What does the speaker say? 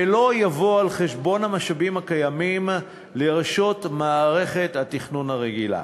ולא יבוא על חשבון המשאבים הקיימים לרשות מערכת התכנון הרגילה.